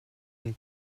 une